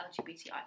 LGBTI